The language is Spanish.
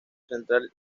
central